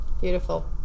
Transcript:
Beautiful